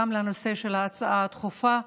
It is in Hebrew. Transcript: גם לנושא של ההצעה הדחופה.